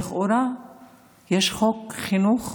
לכאורה יש חוק חינוך